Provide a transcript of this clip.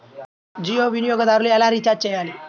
జియో వినియోగదారులు ఎలా రీఛార్జ్ చేయాలి?